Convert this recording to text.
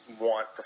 want